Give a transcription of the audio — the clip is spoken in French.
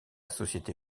société